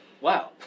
Wow